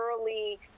early